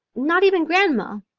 not even grandma,